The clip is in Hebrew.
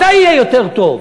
מתי יהיה יותר טוב?